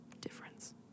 Difference